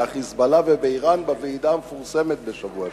מה"חיזבאללה" ומאירן בוועידה המפורסמת בשבוע שעבר.